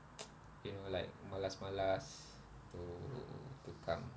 you know like malas-malas to to come